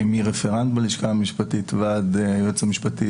מרפרנט בלשכה המשפטית ועד היועץ המשפטי